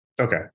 Okay